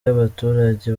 y’abaturage